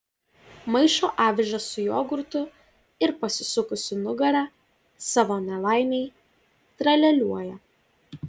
maišo avižas su jogurtu ir pasisukusi nugara savo nelaimei tralialiuoja